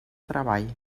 treball